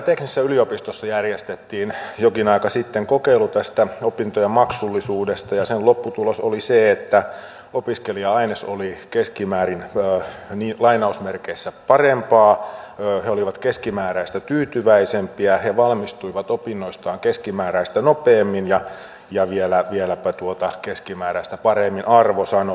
lappeenrannan teknillisessä yliopistossa järjestettiin jokin aika sitten kokeilu tästä opintojen maksullisuudesta ja sen lopputulos oli se että opiskelija aines oli keskimäärin parempaa he olivat keskimääräistä tyytyväisempiä he valmistuivat opinnoistaan keskimääräistä nopeammin ja vieläpä keskimääräistä paremmin arvosanoin